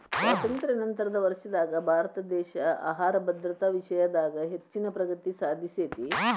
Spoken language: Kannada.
ಸ್ವಾತಂತ್ರ್ಯ ನಂತರದ ವರ್ಷದಾಗ ಭಾರತದೇಶ ಆಹಾರ ಭದ್ರತಾ ವಿಷಯದಾಗ ಹೆಚ್ಚಿನ ಪ್ರಗತಿ ಸಾಧಿಸೇತಿ